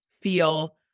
feel